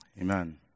Amen